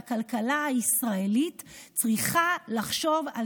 והכלכלה הישראלית צריכה לחשוב על